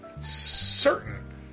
certain